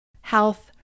health